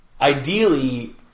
Ideally